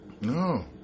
No